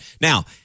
Now